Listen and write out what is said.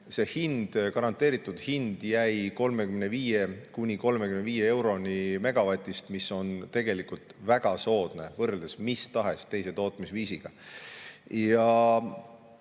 see garanteeritud hind jäi kuni 35 euroni megavatist, mis on tegelikult väga soodne võrreldes mis tahes teise tootmisviisiga. Ja